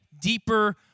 deeper